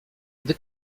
gdy